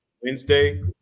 Wednesday